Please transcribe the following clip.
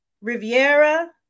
Riviera